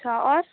اچھا اور